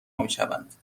میشوند